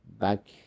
back